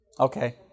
Okay